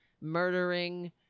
murdering